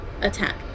Attack